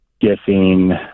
guessing